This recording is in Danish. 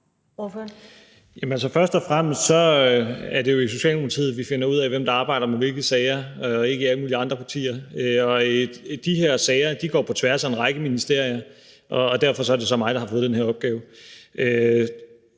(S): Først og fremmest er det jo i Socialdemokratiet, at vi finder ud af, hvem der arbejder med hvilke sager, og ikke i alle mulige andre partier. De her sager går på tværs af en række ministerier, og derfor er det så mig, der har fået den her opgave.